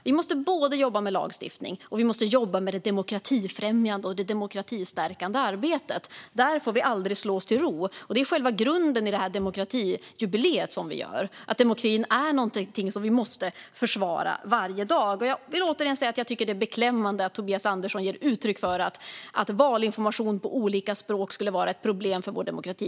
Vi måste jobba både med lagstiftning och med det demokratifrämjande och demokratistärkande arbetet. Där får vi aldrig slå oss till ro. Det är själva grunden i demokratijubileet som vi har. Demokratin är någonting som vi måste försvara varje dag. Jag vill återigen säga att jag tycker att det är beklämmande att Tobias Andersson ger uttryck för att valinformation på olika språk skulle vara ett problem för vår demokrati.